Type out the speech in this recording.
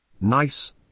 Nice